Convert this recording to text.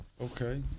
okay